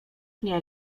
nie